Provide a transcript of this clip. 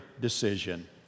decision